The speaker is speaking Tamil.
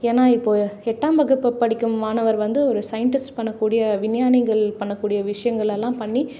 ஏன்னா இப்போது எட்டாம் வகுப்பு படிக்கும் மாணவர் வந்து ஒரு சயின்டிஸ்ட் பண்ணக்கூடிய விஞ்ஞானிகள் பண்ணக்கூடிய விஷயங்களெல்லாம் பண்ணி